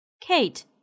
Kate